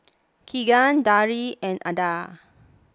Keegan Deirdre and Alda